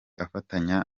afatanya